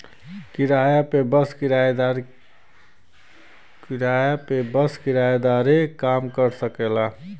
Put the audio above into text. किराया पे बस किराएदारे काम कर सकेला